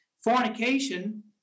fornication